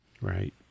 Right